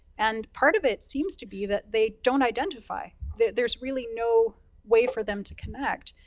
and part of it seems to be that they don't identify, that there's really no way for them to connect.